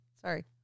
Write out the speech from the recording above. sorry